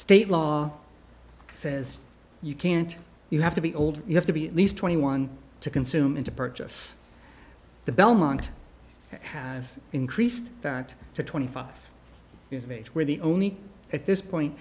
state law says you can't you have to be old you have to be at least twenty one to consume and to purchase the belmont has increased that to twenty five years of age where the only at this point